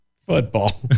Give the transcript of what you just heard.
football